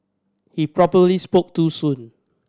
he probably spoke too soon